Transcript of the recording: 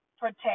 Protect